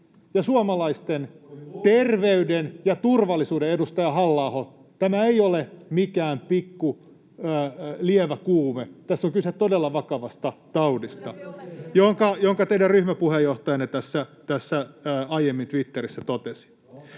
suomalaisten terveyden ja turvallisuuden. [Jussi Halla-ahon välihuuto] — Edustaja Halla-aho, tämä ei ole mikään lievä kuume, tässä on kyse todella vakavasta taudista, minkä teidän ryhmäpuheenjohtajanne tässä aiemmin Twitterissä totesi.